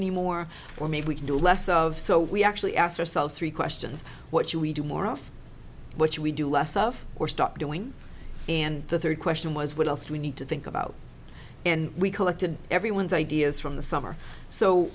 anymore or maybe we can do less of so we actually asked ourselves three questions what should we do more of what should we do less of or stop doing and the third question was what else we need to think about and we collected everyone's ideas from the summer so